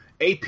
AP